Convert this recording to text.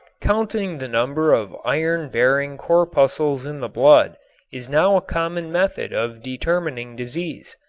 counting the number of iron-bearing corpuscles in the blood is now a common method of determining disease.